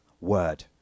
word